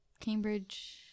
Cambridge